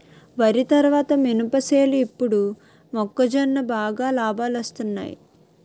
వరి తరువాత మినప సేలు ఇప్పుడు మొక్కజొన్న బాగా లాబాలొస్తున్నయ్